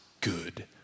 good